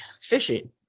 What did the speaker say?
fishing